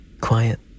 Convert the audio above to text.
Quiet